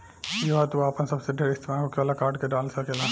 इहवा तू आपन सबसे ढेर इस्तेमाल होखे वाला कार्ड के डाल सकेल